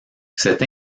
cette